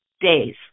days